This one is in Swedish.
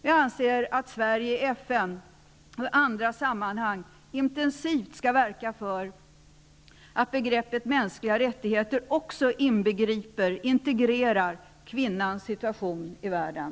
Jag anser att Sverige i FN och i andra sammanhang intensivt skall verka för att begreppet mänskliga rättigheter också inbegriper kvinnans situation i världen.